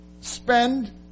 spend